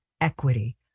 equity